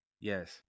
Yes